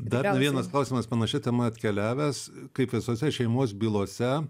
dar ne vienas klausimas panašia tema atkeliavęs kaip visose šeimos bylose